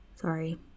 Sorry